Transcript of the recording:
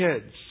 kids